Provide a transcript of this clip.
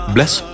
Bless